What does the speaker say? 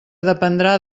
dependrà